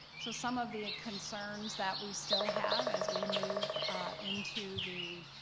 so some of the concerns that we still have as we move into the